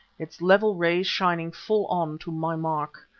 its level rays shining full on to my mark.